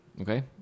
Okay